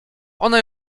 ona